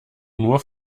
nur